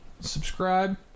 subscribe